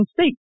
state